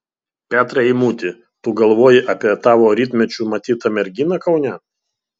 petrai eimuti tu galvoji apie tavo rytmečiu matytą merginą kaune